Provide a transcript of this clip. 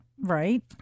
Right